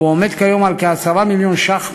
והוא עומד כיום על כ-10 מיליון ש"ח,